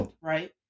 right